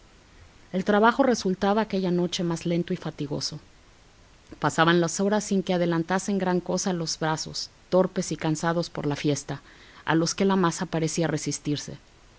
el trabajo resultaba aquella noche más lento y fatigoso pasaban las horas sin que adelantasen gran cosa los brazos torpes y cansados por la fiesta a los que la masa parecía resistirse